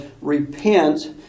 repent